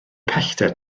pellter